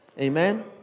Amen